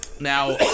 Now